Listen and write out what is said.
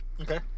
Okay